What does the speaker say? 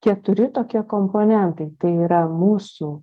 keturi tokie komponentai tai yra mūsų